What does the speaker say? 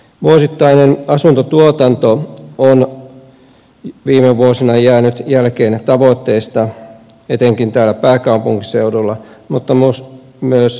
vuosittainen asuntotuotanto on viime vuosina jäänyt jälkeen tavoitteista etenkin täällä pääkaupunkiseudulla mutta myös muualla suomessa